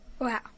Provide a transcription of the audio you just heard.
Wow